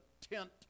tent